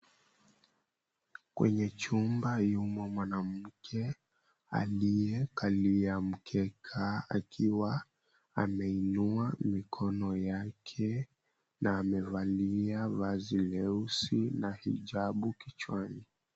Kwenye chumba yumo mwanamke aliyekalia mkeka, akiwa ameinua mikono yake, na amevalia vazi leusi na hijabu kichwani.